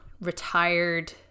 retired